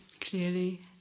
clearly